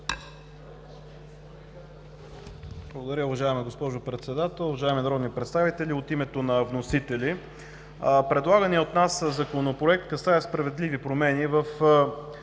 Благодаря, уважаема госпожо Председател. Уважаеми народни представители, от името на вносители. Предлаганият от нас Законопроект касае справедливи промени в